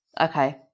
Okay